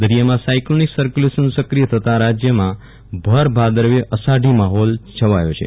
દરમિયાન cyclonic circulation સકિય થતા રાજયમાં ભર ભાદરવે અષાઢી માહોલ છવાયો છે